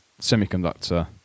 Semiconductor